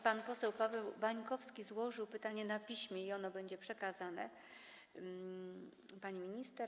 Pan poseł Paweł Bańkowski złożył pytanie na piśmie i ono będzie przekazane pani minister.